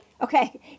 Okay